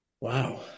Wow